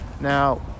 Now